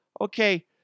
Okay